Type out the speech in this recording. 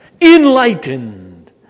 Enlightened